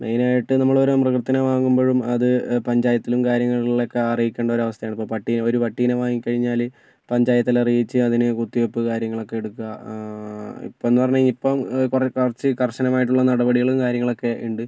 main ആയിട്ട് നമ്മൾ ഓരോ മൃഗത്തിനെ വാങ്ങുമ്പോഴും അത് പഞ്ചായത്തിലും കാര്യങ്ങളിലൊക്കെ അറിയിക്കേണ്ട ഒരു അവസ്ഥയാണ് ഇപ്പം പട്ടിയെ ഒരു പട്ടിയെ വാങ്ങി കഴിഞ്ഞാൽ പഞ്ചായത്തിൽ അറിയിച്ച് അതിന് കുത്തിവെപ്പ് കാര്യങ്ങൾ ഒക്കെ എടുക്കുക ഇപ്പോൾ എന്ന് പറഞ്ഞു കഴിഞ്ഞാൽ ഇപ്പം കുറെ കർശനമായിട്ടുള്ള നടപടികൾ കാര്യങ്ങളൊക്കെ ഉണ്ട്